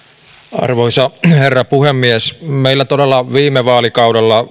arvoisa herra puhemies meillä on todella viime vaalikaudella